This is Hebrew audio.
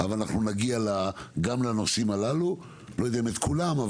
אבל אנחנו נגיע גם לנושאים הללו לא יודע אם לכולם,